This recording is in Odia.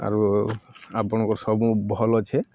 ଆରୁ ଆପଣଙ୍କର ସବୁ ଭଲ୍ ଅଛେ